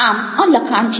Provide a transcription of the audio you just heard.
આમ આ લખાણ છે